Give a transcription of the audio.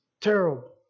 Terrible